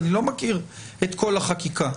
אני לא מכיר את כל החקיקה.